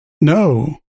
No